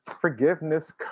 forgiveness